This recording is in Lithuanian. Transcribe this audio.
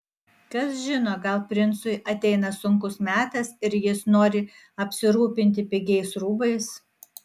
kas žino gal princui ateina sunkus metas ir jis nori apsirūpinti pigiais rūbais